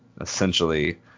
essentially